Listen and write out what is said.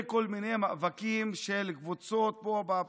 כל מיני מאבקים של קבוצות פה בפרלמנט.